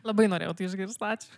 labai norėjau tai išgirst ačiū